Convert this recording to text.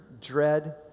dread